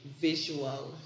visual